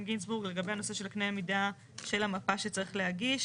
גינזבורג לגבי הנושא של קנה המידה של המפה שצריך להגיש.